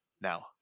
now